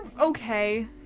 okay